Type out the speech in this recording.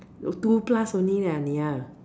no two plus only lah ah-nia